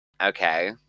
okay